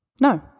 no